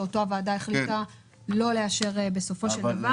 שאותו הוועדה החליטה לא לאשר בסופו של דבר.